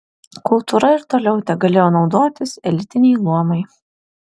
kultūra ir toliau tegalėjo naudotis elitiniai luomai